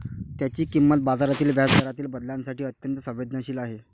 त्याची किंमत बाजारातील व्याजदरातील बदलांसाठी अत्यंत संवेदनशील आहे